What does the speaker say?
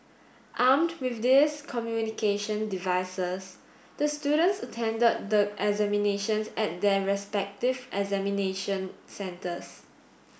armed with these communication devices the students attended the examinations at their respective examination centres